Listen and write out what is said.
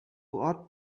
ought